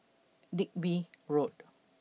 Digby Road